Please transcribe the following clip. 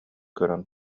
көрөн